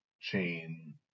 chain